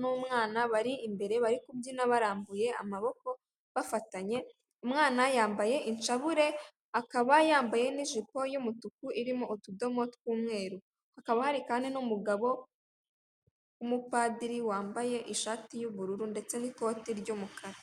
n'umwana bari imbere bari kubyina barambuye amaboko, bafatanye, umwana yambaye inshabure, akaba yambaye n'ijipo y'umutuku irimo utudomo tw'umweru, hakaba hari kandi n'umugabo w'umupadiri, wambaye ishati y'ubururu ndetse n'ikoti ry'umukara.